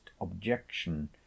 objection